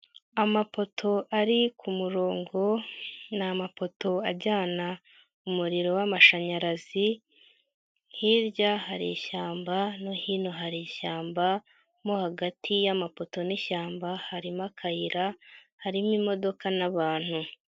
Amapoto ari ku murongo ni amapoto ajyana umuriro w'amashanyarazi hirya hari ishyamba no hino hari ishyamba mo hagati y'amapoto n'ishyamba harimo akayira, harimo imodoka n'abantu.